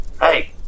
hey